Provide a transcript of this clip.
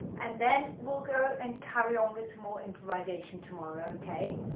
and then we'll go and carry on with some more improvisation tomorrow okay,